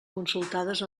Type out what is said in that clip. consultades